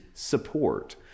support